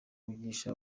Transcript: wigisha